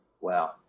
wow